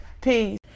Peace